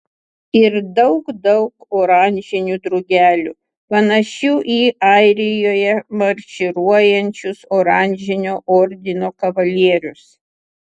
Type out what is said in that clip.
ir daug daug oranžinių drugelių panašių į airijoje marširuojančius oranžinio ordino kavalierius